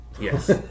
Yes